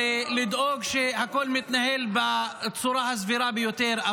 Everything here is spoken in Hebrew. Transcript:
ולדאוג שהכול מתנהל בצורה הסבירה ביותר.